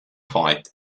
fight